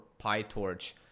PyTorch